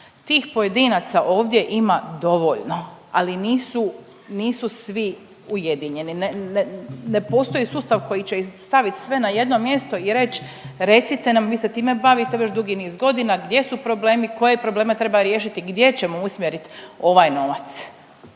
Tih pojedinaca ovdje ima dovoljno, ali nisu svi ujedinjeni. Ne postoji sustav koji će ih staviti sve na jedno mjesto i reći recite nam vi se time bavite već dugi niz godina gdje su problemi, koje probleme treba riješiti, gdje ćemo usmjeriti ovaj novac?